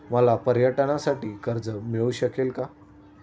मला पर्यटनासाठी कर्ज मिळू शकेल का?